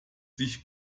sich